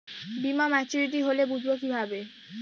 বীমা মাচুরিটি হলে বুঝবো কিভাবে?